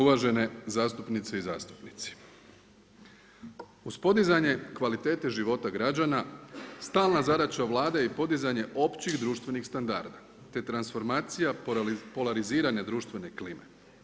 Uvažene zastupnice i zastupnici, uz podizanje kvalitete života građana, stalna zadaća Vlade je podizanje općih društvenih standarda te transformacija polarizirane društvene klime.